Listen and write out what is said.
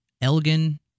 elgin